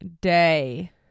day